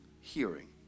hearing